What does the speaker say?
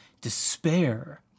Despair